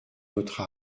notre